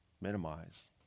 minimize